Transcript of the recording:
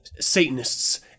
Satanists